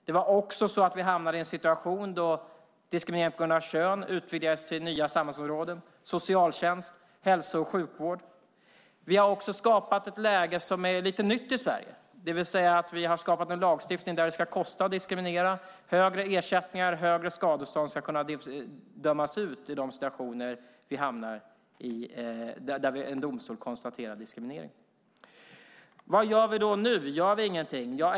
Vi hamnade också i en situation då diskriminering på grund av kön utvidgades till nya samhällsområden som socialtjänst och hälso och sjukvård. Vi har dessutom skapat ett lite nytt läge i Sverige. Vi har nämligen infört en lagstiftning som innebär att det ska kosta att diskriminera. Högre ersättningar och högre skadestånd ska kunna dömas ut i situationer där en domstol konstaterar diskriminering. Vad gör vi då nu? Gör vi ingenting?